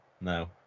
no